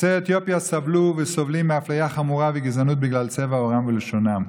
יוצאי אתיופיה סבלו וסובלים מאפליה חמורה וגזענות בגלל צבע עורם ולשונם.